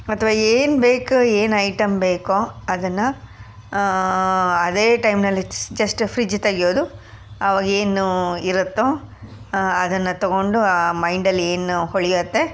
ಅಥ್ವಾ ಏನು ಬೇಕು ಏನು ಐಟಮ್ ಬೇಕೋ ಅದನ್ನು ಅದೇ ಟೈಮ್ನಲ್ಲಿ ಸ್ ಜಸ್ಟ್ ಫ್ರಿಡ್ಜ್ ತೆಗೆಯೋದು ಆವಾಗ ಏನು ಇರುತ್ತೋ ಅದನ್ನು ತೊಗೊಂಡು ಆ ಮೈಂಡಲ್ಲಿ ಏನು ಹೊಳೆಯುತ್ತೆ